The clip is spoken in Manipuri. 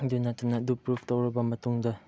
ꯑꯗꯨꯗ ꯅꯠꯇꯅ ꯑꯗꯨ ꯄ꯭ꯔꯨꯞ ꯇꯧꯔꯕ ꯃꯇꯨꯡꯗ